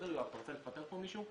יואב, אתה רוצה לפטר כאן מישהו?